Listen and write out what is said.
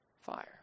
fire